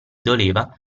doleva